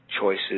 choices